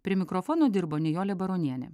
prie mikrofono dirbo nijolė baronienė